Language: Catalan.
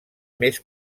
més